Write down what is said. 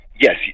yes